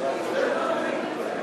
זו שאלה מהותית,